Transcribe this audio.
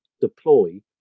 deploy